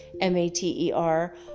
M-A-T-E-R